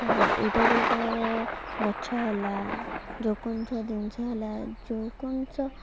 ତ ଏଇ ଟାଇପ୍ର କଳରେ ଗଛ ହେଲା ଯେଉଁ କୌଣସି ଜିନିଷ ହେଲା ଯେଉଁ କୌଣସି